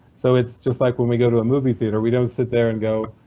so it's just like when we go to a movie theater, we don't sit there and go,